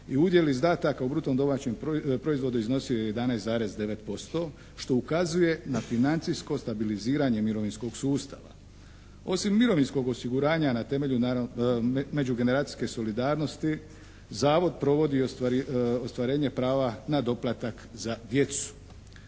udjel izdataka u bruto domaćem proizvodu iznosio je 11,9% što ukazuje na financijsko stabiliziranje mirovinskog sustava. Osim mirovinskog osiguranja na temelju međugeneracijske solidarnosti Zavod provodi ostvarenje prava na doplatak za djecu.